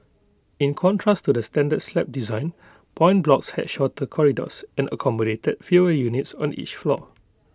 in contrast to the standard slab design point blocks had shorter corridors and accommodated fewer units on each floor